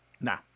Nah